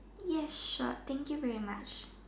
yes sure thank you very much